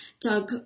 Doug